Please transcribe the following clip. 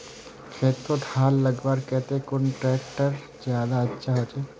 खेतोत हाल लगवार केते कुन ट्रैक्टर ज्यादा अच्छा होचए?